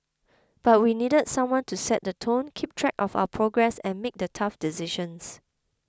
but we needed someone to set the tone keep track of our progress and make the tough decisions